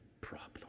problem